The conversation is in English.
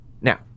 Now